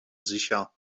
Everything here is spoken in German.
sicher